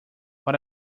what